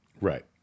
Right